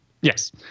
Yes